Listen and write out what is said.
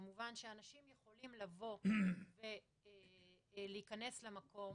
במובן שאנשים יכולים לבוא ולהיכנס למקום,